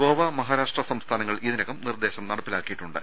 ഗോവ മഹാരാഷ്ട്ര സംസ്ഥാനങ്ങൾ ഇതിനകം നിർദേശം നട പ്പിലാക്കിയിട്ടുണ്ട്